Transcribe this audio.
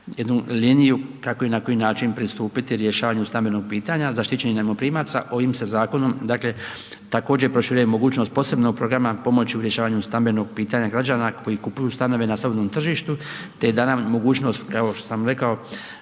jednu liniju kako i na koji način pristupiti rješavanju stambenog pitanja, zaštićenih najmoprimaca. Ovim se zakonom dakle također proširuje mogućnost posebnog programa pomoći u rješavanju stambenog pitanja građana koji kupuju stanove na slobodnom tržištu te da nam mogućnost kao što sam rekao